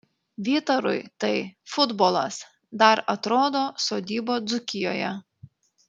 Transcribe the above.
vytarui tai futbolas dar atrodo sodyba dzūkijoje